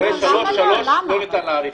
אחרי שלוש לא ניתן להאריך